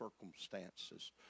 circumstances